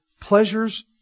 pleasures